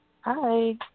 Hi